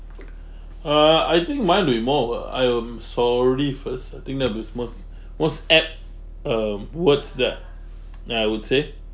uh I think might be more of a I am sorry first I think that'll be most most apt um words that I would say